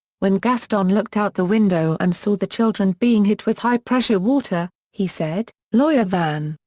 when gaston looked out the window and saw the children being hit with high-pressure water, he said, lawyer vann,